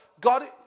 God